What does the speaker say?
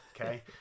okay